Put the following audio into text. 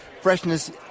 freshness